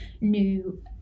new